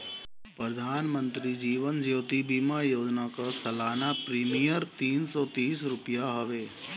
प्रधानमंत्री जीवन ज्योति बीमा योजना कअ सलाना प्रीमियर तीन सौ तीस रुपिया हवे